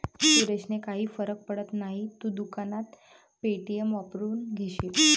सुरेशने काही फरक पडत नाही, तू दुकानात पे.टी.एम वापरून घेशील